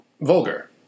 vulgar